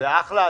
זה אחלה,